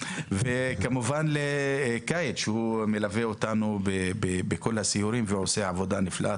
וכמובן לכאיד שמלווה אותנו בכל הסיורים ועושה עבודה נפלאה.